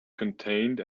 contained